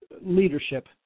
leadership